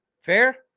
Fair